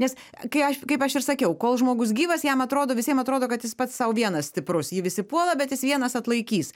nes kai aš kaip aš ir sakiau kol žmogus gyvas jam atrodo visiem atrodo kad jis pats sau vienas stiprus jį visi puola bet jis vienas atlaikys